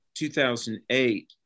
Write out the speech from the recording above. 2008